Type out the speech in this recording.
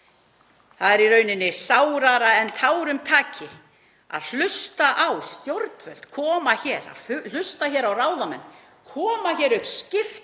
það er í rauninni sárara en tárum taki að hlusta á stjórnvöld koma hér, að hlusta á ráðamenn koma hér upp, skipti